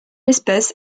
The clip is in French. espèce